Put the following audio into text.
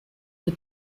the